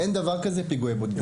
אין דבר כזה פיגועי בודדים.